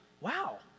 Wow